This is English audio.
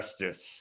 Justice